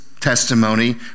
testimony